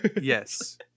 Yes